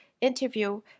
interview